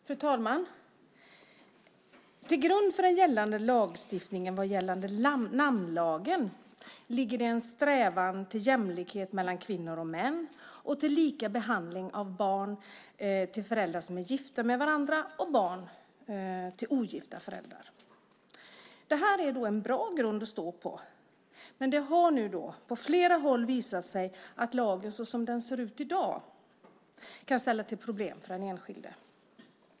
Fru talman! Till grund för gällande lagstiftning om namnlagen finns en strävan efter jämlikhet mellan kvinnor och män och efter lika behandling av barn vilkas föräldrar är gifta med varandra och barn med ogifta föräldrar. Detta är en bra grund att stå på. Men det har på flera håll visat sig att lagen, som denna i dag ser ut, kan ställa till med problem för den enskilde.